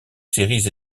séries